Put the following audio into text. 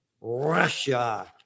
Russia